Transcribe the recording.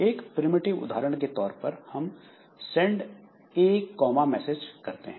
एक प्रिमिटिव उदाहरण के तौर पर हम सेंड A कॉमा मैसेज करते हैं